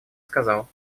сказал